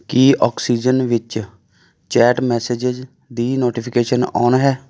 ਕੀ oxygen ਵਿੱਚ chat messages ਦੀ notifications on ਹੈ